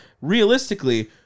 Realistically